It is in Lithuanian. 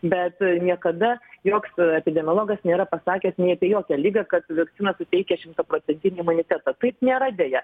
bet niekada joks epidemiologas nėra pasakęs nei apie jokią ligą kad vakcina suteikia šimtaprocentinį imunitetą taip nėra deja